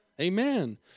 Amen